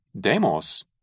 Demos